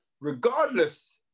Regardless